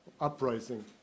uprising